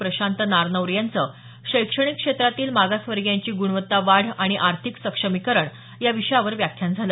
प्रशांत नारनवरे यांचं शैक्षणिक क्षेत्रातील मागासवर्गीय यांची गुणवत्ता वाढ आणि आर्थिक सक्षमीकरण याविषयावर व्याख्यान झालं